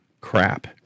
crap